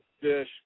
fish